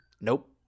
Nope